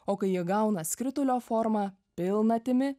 o kai jie gauna skritulio formą pilnatimi